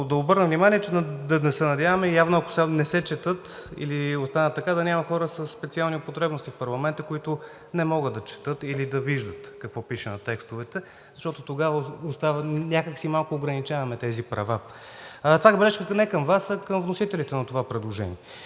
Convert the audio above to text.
да обърна внимание – да се надяваме, че ако не се четат или останат така, да няма хора със специални потребности в парламента, които не могат да четат или да виждат какво пише на текстовете, защото тогава някак си ограничаваме тези права. Това е забележка не към Вас, а към вносителите на това предложение.